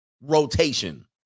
rotation